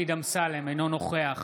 אינו נוכח